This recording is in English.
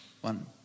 One